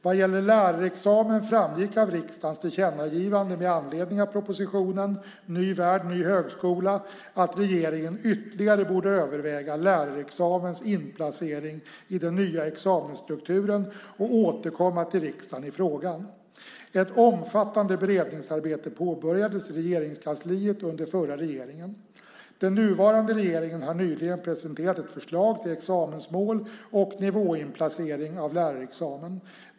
Vad gäller lärarexamen framgick av riksdagens tillkännagivande med anledning av propositionen Ny värld - ny högskola att regeringen ytterligare borde överväga lärarexamens inplacering i den nya examensstrukturen och återkomma till riksdagen i frågan. Ett omfattande beredningsarbete påbörjades i Regeringskansliet under förra regeringen. Den nuvarande regeringen har nyligen presenterat ett förslag till examensmål och nivåinplacering av lärarexamen.